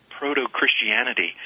proto-Christianity